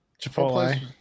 Chipotle